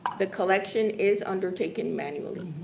the collection is undertaken manually.